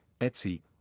Etsy